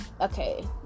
Okay